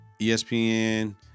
ESPN